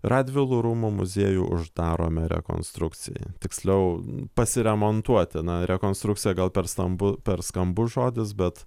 radvilų rūmų muziejų uždarome rekonstrukcijai tiksliau pasiremontuoti na rekonstrukcija gal per stambu per skambus žodis bet